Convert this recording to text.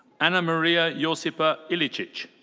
ana maria josipa ilicic.